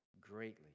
greatly